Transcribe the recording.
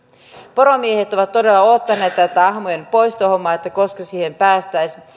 poromiehet ovat todella odottaneet tätä ahmojen poistohommaa koska siihen päästäisiin